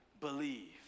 Believe